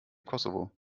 kosovo